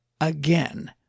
again